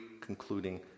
concluding